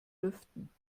lüften